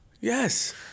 Yes